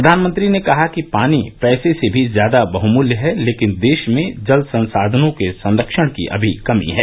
प्रधानमंत्री ने कहा कि पानी पैसे से भी ज्यादा बहुमूल्य है लेकिन देश में जल संसाधनों के संरक्षण की अमी कमी है